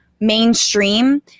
mainstream